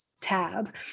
tab